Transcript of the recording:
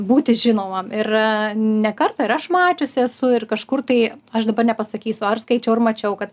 būti žinomam ir ne kartą ir aš mačiusi esu ir kažkur tai aš dabar nepasakysiu ar skaičiau ar mačiau kad